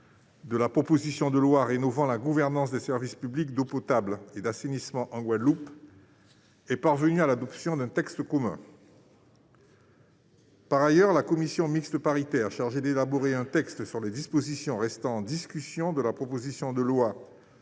de la proposition de loi rénovant la gouvernance des services publics d'eau potable et d'assainissement en Guadeloupe est parvenue à l'adoption d'un texte commun. Par ailleurs, la commission mixte paritaire chargée d'élaborer un texte sur les dispositions restant en discussion de la proposition de loi